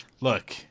look